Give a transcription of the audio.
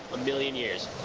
a million years.